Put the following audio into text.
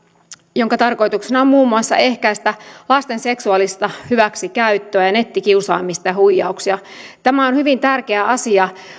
jonka tarkoituksena on muun muassa ehkäistä lasten seksuaalista hyväksikäyttöä ja nettikiusaamista ja huijauksia tämä on hyvin tärkeä asia